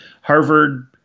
Harvard